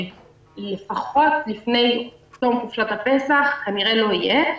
לפחות לפני תום חופשת הפסח כנראה לא יהיה,